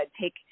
take